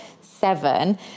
seven